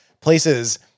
places